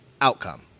outcome